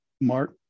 Mark